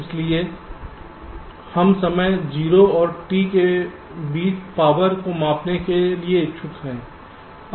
इसलिए हम समय 0 और कैपिटल T के बीच पावर को मापने के लिए इच्छुक हैं